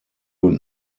und